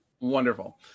wonderful